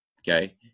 Okay